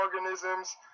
organisms